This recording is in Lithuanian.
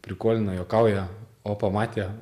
prikolina juokauja o pamatę